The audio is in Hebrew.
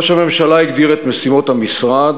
ראש הממשלה הגדיר את משימות המשרד,